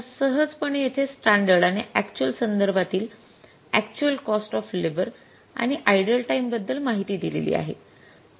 आपणास सहजपणे येथे स्टॅंडर्ड आणि अक्चुअल संदर्भातील अक्चुअल कॉस्ट ऑफ लेबर आणि आइडल टाईम बद्दल माहिती दिलेली आहे